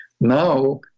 Now